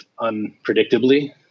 unpredictably